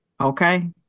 okay